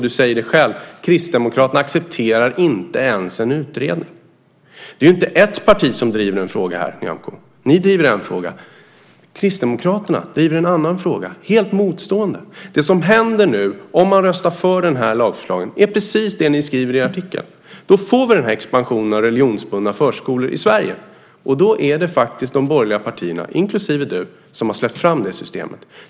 Du säger själv att Kristdemokraterna inte accepterar ens en utredning. Det är inte ett parti som driver en fråga här, Nyamko. Ni driver en fråga. Kristdemokraterna driver en annan fråga - helt motstående. Vad som händer nu om man röstar för lagförslaget är precis det ni skriver i artikeln. Då får vi expansionen av religionsbundna förskolor i Sverige. Då är det faktiskt de borgerliga partierna, inklusive du, som har släppt fram systemet.